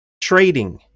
trading